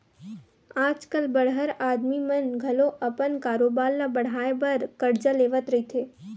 आज कल बड़हर आदमी मन घलो अपन कारोबार ल बड़हाय बर करजा लेवत रहिथे